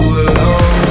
alone